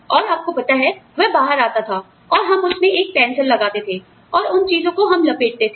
और आपको पता है वह बाहर आता था और हम उसमें एक पेंसिल लगाते थे और उन चीजों को हम लपेटते थे